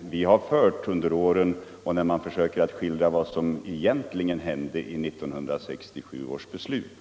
vi fört under åren och när man försöker skildra vad som egentligen hände enligt 1967 års beslut.